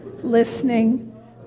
listening